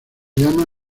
llama